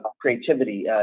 creativity